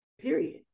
Period